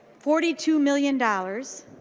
forty two million dollars